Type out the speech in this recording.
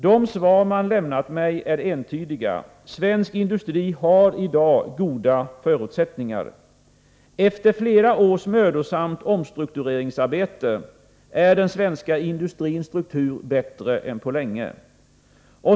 De svar man lämnat mig är entydiga: Svensk industri har i dag goda förutsättningar. Efter flera års mödosamt omstruktureringsarbete är den svenska industrins struktur bättre än på länge.